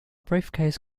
briefcase